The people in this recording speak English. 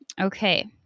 Okay